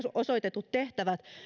osoitetut tehtävät